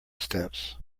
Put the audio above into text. steps